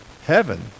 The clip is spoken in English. heaven